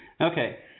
Okay